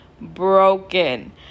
broken